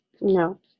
No